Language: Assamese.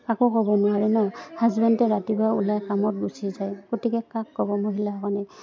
কাকো ক'ব নোৱাৰে ন হাজবেণ্ডতো ৰাতিপুৱা ওলাই কামত গুচি যায় গতিকে কাক ক'ব মহিলাসকলে